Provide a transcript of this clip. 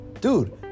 Dude